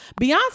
Beyonce